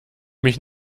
mich